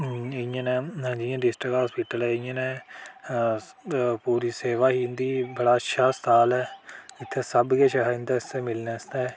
इ'यां ने जियां डिस्टिक हास्पिटल ऐ इयां ने पूरी सेवा ही इं'दी बड़ा अच्छा हस्पताल ऐ इत्थें सब किश इं'दे आस्तै मिलने आस्तै